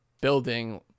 building